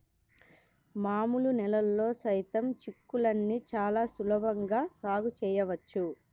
మామూలు నేలల్లో సైతం చిక్కుళ్ళని చాలా సులభంగా సాగు చేయవచ్చు